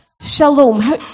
shalom